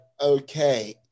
okay